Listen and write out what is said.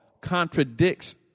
contradicts